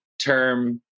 term